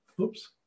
Oops